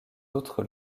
autres